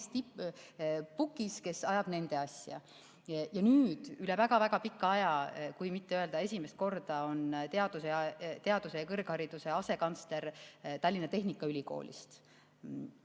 mees pukis, kes ajab nende asja. Ja nüüd üle väga-väga pika aja, kui mitte öelda, et esimest korda, on teaduse ja kõrghariduse asekantsler Tallinna Tehnikaülikoolist.